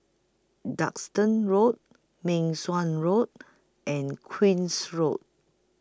Duxton Road Meng Suan Road and Queen's Road